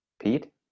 Pete